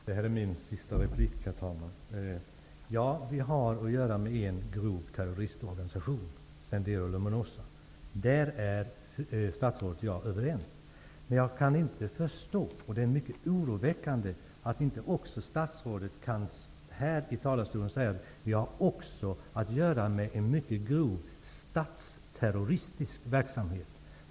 Herr talman! Detta är mitt sista inlägg i denna debatt. Ja, vi har att göra med en organisation som bedriver grov terrorism, Sendero Luminoso. Där är statsrådet och jag överens. Men jag kan inte förstå, och det är mycket oroväckande, att inte statsrådet här i talarstolen kan säga: Vi har också att göra med en mycket grov statsterroristisk verksamhet.